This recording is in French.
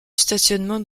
stationnement